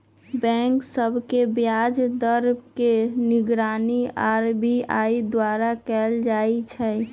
bank सभ के ब्याज दर के निगरानी आर.बी.आई द्वारा कएल जाइ छइ